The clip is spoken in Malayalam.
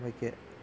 അവയ്ക്ക്